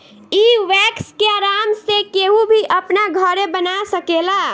इ वैक्स के आराम से केहू भी अपना घरे बना सकेला